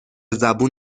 زبون